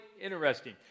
interesting